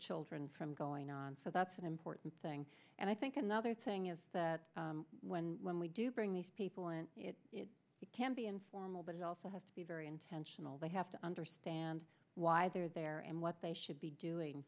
children from going on so that's an important thing and i think another thing is that when when we do bring these people in it can be informal but it also has to be very intentional they have to understand why they are there and what they should be doing